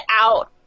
out